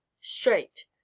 straight